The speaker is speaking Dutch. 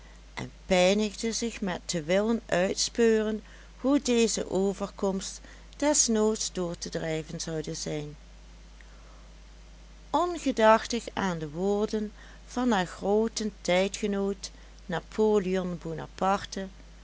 en pijnigde zich met te willen uitspeuren hoe deze overkomst desnoods door te drijven zoude zijn ongedachtig aan de woorden van haar grooten tijdgenoot napoleon